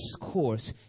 discourse